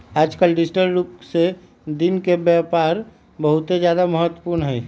आजकल डिजिटल रूप से दिन के व्यापार बहुत ज्यादा महत्वपूर्ण हई